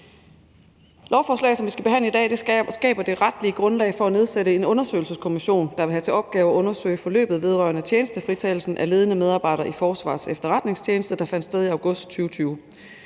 Lovforslaget, som vi skal behandle i dag, skaber det retlige grundlag for at nedsætte en undersøgelseskommission, der skal have til opgave at undersøge forløbet vedrørende tjenestefritagelsen af ledende medarbejdere i Forsvarets Efterretningstjeneste, der fandt sted i august 2020.